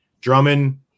Drummond –